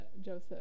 Joseph